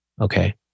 okay